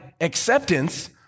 acceptance